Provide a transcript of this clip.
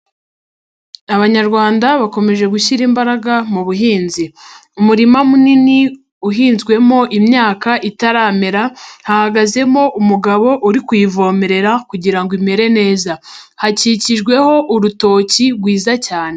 Abanyarwanda bakomeje gushyira imbaraga mu buhinzi. Umurima munini uhinzwemo imyaka itaramera, hahagazemo umugabo uri kuyivomerera kugira ngo imere neza. Hakikijweho urutoki rwiza cyane.